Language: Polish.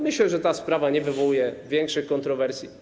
Myślę, że ta sprawa nie wywołuje większych kontrowersji.